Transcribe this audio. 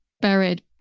buried